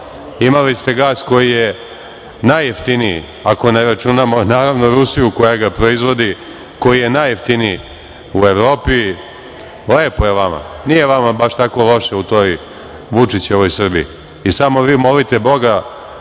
imali ste gas koji je najjeftiniji ako ne računamo naravno Rusiju koja ga proizvodi koji je najjeftiniji u Evropi, lepo je vama, nije vama baš tako loše u toj Vučićevoj Srbiji i samo vi molite Boga